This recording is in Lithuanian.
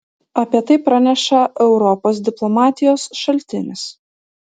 apie tai praneša europos diplomatijos šaltinis